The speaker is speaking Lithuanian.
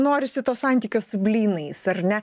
norisi to santykio su blynais ar ne